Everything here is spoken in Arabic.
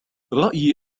رأيي